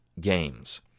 games